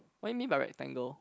what you mean by rectangle